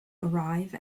arrive